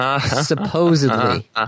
Supposedly